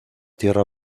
tierra